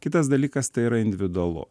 kitas dalykas tai yra individualu